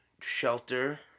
shelter